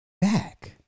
back